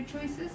choices